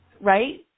right